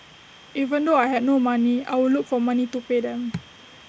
even though I had no money I would look for money to pay them